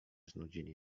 znudzili